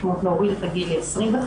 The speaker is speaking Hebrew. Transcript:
ביקשו רק להוריד את הגיל ל-25.